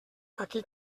aquí